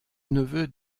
neveu